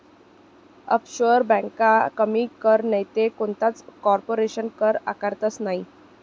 offshore ब्यांका कमी कर नैते कोणताच कारपोरेशन कर आकारतंस नयी